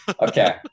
Okay